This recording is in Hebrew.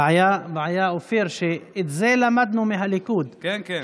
הבעיה, אופיר, שאת זה למדנו מהליכוד, כן, כן.